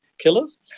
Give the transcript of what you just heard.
Killers